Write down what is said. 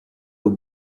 aux